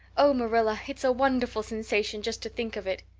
oh, marilla, it's a wonderful sensation just to think of it.